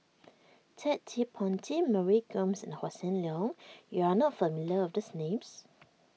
Ted De Ponti Mary Gomes and Hossan Leong you are not familiar with these names